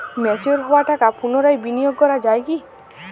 Mature হওয়া টাকা পুনরায় বিনিয়োগ করা য়ায় কি?